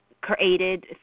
created